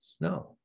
no